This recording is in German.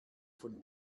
von